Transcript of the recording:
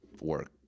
work